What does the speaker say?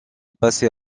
passer